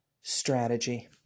strategy